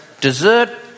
dessert